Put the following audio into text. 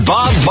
Bob